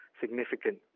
significant